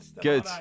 Good